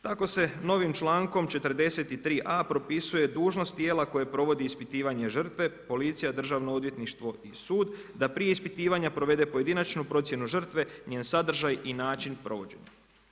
Tako se novim člankom 43.a propisuje dužnost tijela koje provodi ispitivanje žrtve, policija, državno odvjetništvo i sud da prije ispitivanja provede pojedinačnu procjenu žrtve, njen sadržaj i način provođenja.